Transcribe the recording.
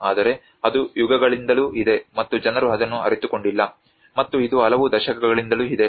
ಆದರೆ ಅದು ಯುಗಗಳಿಂದಲೂ ಇದೆ ಮತ್ತು ಜನರು ಅದನ್ನು ಅರಿತುಕೊಂಡಿಲ್ಲ ಮತ್ತು ಇದು ಹಲವು ದಶಕಗಳಿಂದಲೂ ಇದೆ